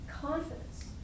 confidence